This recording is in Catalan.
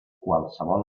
qualsevol